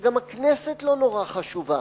שגם הכנסת לא נורא חשובה.